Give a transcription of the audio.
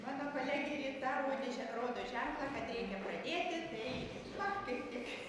mano kolegė rita rodė že rodo ženklą kad reikia pradėti tai va kaip tik